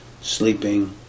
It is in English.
sleeping